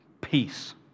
Peace